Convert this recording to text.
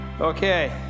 Okay